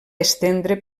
estendre